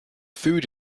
food